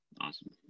Awesome